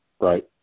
Right